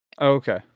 okay